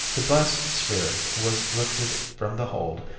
the glass sphere was lifted from the hold,